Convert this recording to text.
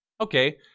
Okay